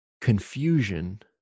confusion